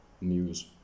news